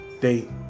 date